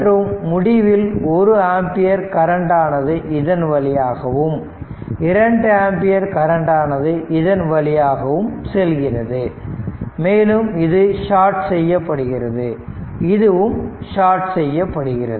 மற்றும் முடிவில் 1 ampere current ஆனது இதன் வழியாகவும் 2 ஆம்பியர் கரண்ட் ஆனது இதன் வழியாகவும் செல்கிறது மேலும் இது ஷாட் செய்யப்படுகிறது இதுவும் ஷாட் செய்யப்படுகிறது